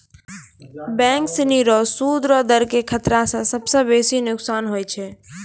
bank सिनी रो सूद रो दर के खतरा स सबसं बेसी नोकसान होय छै